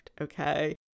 okay